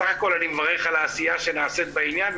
בסך הכול אני מברך על העשייה שנעשית בעניין,